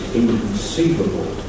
inconceivable